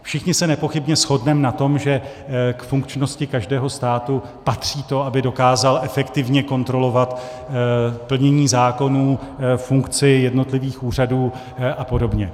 Všichni se nepochybně shodneme na tom, že k funkčnosti každého státu patří to, aby dokázal efektivně kontrolovat plnění zákonů, funkci jednotlivých úřadů a podobně.